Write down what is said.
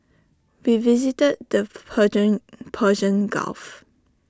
we visited the Persian Persian gulf